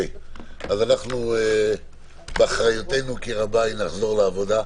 אז אנחנו, באחריותנו כי רבה, נחזור לעבודה.